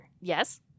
Yes